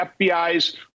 FBI's